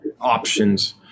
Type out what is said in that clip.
options